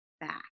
back